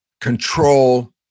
control